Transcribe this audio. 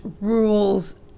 rules